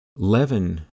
Levin